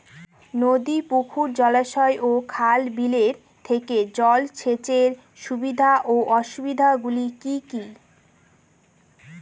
নদী পুকুর জলাশয় ও খাল বিলের থেকে জল সেচের সুবিধা ও অসুবিধা গুলি কি কি?